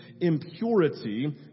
impurity